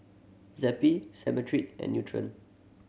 Zappy Cetrimide and Nutren